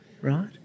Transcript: right